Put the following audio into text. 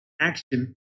action